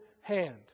hand